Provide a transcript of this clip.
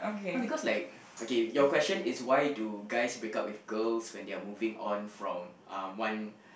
no because like okay your question is why do guys break up with girls when they are moving on from um one